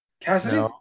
Cassidy